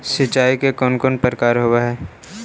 सिंचाई के कौन कौन प्रकार होव हइ?